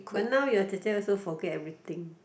but now your 姐姐：jie jie also forget everything